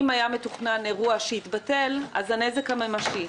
אם היה מתוכנן אירוע שהתבטל, הנזק הממשי.